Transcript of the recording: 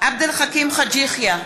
עבד אל חכים חאג' יחיא,